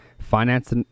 finance